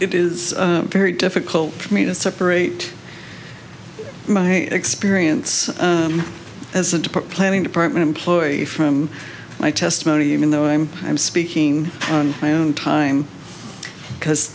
it is very difficult for me to separate my experience as a to planning department employee from my testimony even though i'm i'm speaking on my own time because